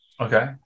okay